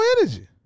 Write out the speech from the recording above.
energy